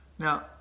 Now